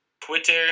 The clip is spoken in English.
twitter